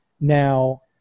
Now